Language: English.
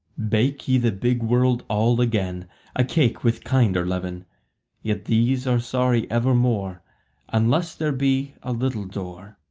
bake ye the big world all again a cake with kinder leaven yet these are sorry evermore unless there be a little door,